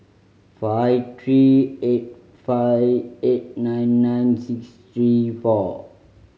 five three eight five eight nine nine six three four